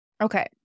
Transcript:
Okay